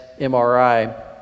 mri